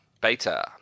Beta